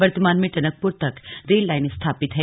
वर्तमान में टनकपुर तक रेल लाइन स्थापित है